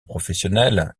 professionnelle